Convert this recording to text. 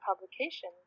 publication